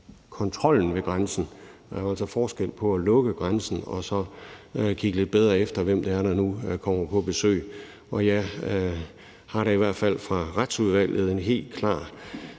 kontrollen ved grænsen. Der er altså forskel på at lukke grænsen og så at kigge lidt bedre efter, hvem det er, der nu kommer på besøg. Jeg har da i hvert fald fra Retsudvalget en helt klar